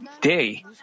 day